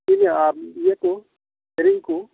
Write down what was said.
ᱴᱷᱤᱠ ᱜᱮᱭᱟ ᱟᱨ ᱤᱭᱟᱹᱠᱚ ᱥᱮᱨᱮᱧ ᱠᱚ